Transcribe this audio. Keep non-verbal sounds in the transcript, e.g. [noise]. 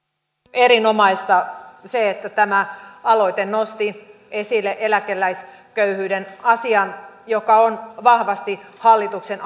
erinomaista että tämä aloite nosti esille eläkeläisköyhyyden asian joka on vahvasti hallituksen [unintelligible]